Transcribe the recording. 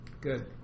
Good